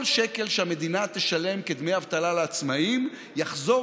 כל שקל שהמדינה תשלם כדמי אבטלה לעצמאים יחזור